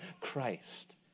Christ